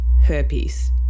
herpes